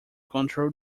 control